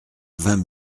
vingt